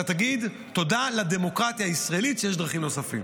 אתה תגיד תודה לדמוקרטיה הישראלית שיש דרכים נוספות.